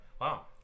Wow